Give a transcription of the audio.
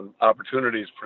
opportunities